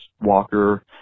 Walker